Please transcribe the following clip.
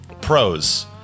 Pros